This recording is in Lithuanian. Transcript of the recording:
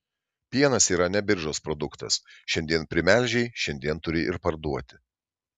pienas yra ne biržos produktas šiandien primelžei šiandien turi ir parduoti